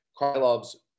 Krylov's